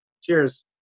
cheers